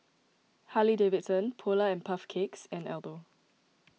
Harley Davidson Polar and Puff Cakes and Aldo